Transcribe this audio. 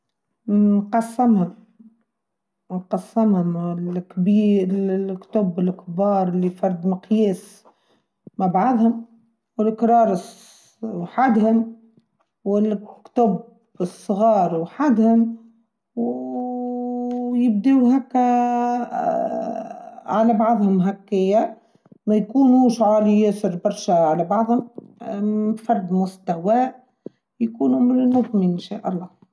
نقسمهم، نقسمهم، الكبير الكتب الكبار لفرد مقياس مع بعضهم، والكرارس وحدهم، والكتب الصغار وحدهم، ويبدو هكا على بعضهم هكيا، ما يكونوا شعار ياسر برشا على بعضهم، فرد مستوى يكونوا منظمين إنشاء الله.